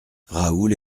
raoul